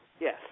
Yes